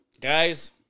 guys